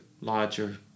larger